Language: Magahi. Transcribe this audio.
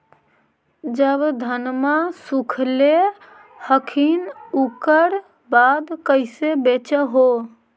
जब धनमा सुख ले हखिन उकर बाद कैसे बेच हो?